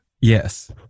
Yes